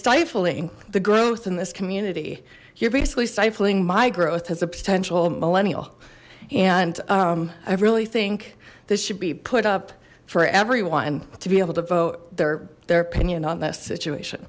stifling the growth in this community you're basically stifling my growth has a potential millennial and i really think this should be put up for everyone to be able to vote their their opinion on this situation